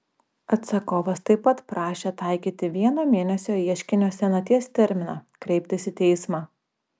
atsakovas taip pat prašė taikyti vieno mėnesio ieškinio senaties terminą kreiptis į teismą